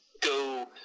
go